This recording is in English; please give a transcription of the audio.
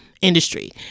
industry